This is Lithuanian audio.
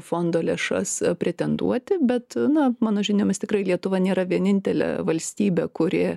fondo lėšas pretenduoti bet na mano žiniomis tikrai lietuva nėra vienintelė valstybė kuri